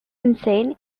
insane